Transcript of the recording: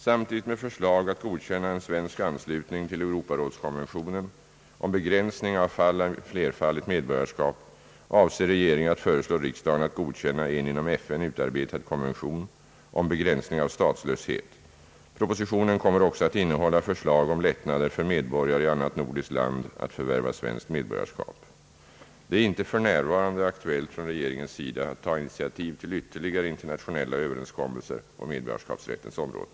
Samtidigt med förslag att godkänna en svensk anslutning till Europarådskonventionen om begränsning av fall av flerfaldigt medborgarskap avser regeringen att föreslå riksdagen att godkänna en inom FN utarbetad 'konvention om begränsning av statslöshet. Propositionen kommer också att innehålla förslag om lättnader för medborgare i annat nordiskt land att förvärva svenskt medborgarskap. Det är f. n. inte aktuellt från regeringens sida att ta initiativ till ytterligare internationella överenskommelser på medborgarrättens område.